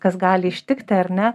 kas gali ištikti ar ne